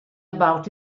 about